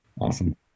Awesome